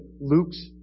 Luke's